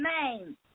name